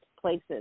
places